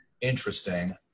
Interesting